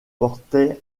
portait